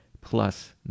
plus